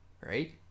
right